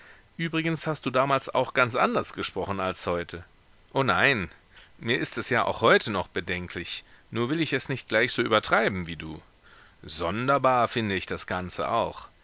übrigens hast du damals auch ganz anders gesprochen als heute o nein mir ist es ja auch heute noch bedenklich nur will ich es nicht gleich so übertreiben wie du sonderbar finde ich das ganze auch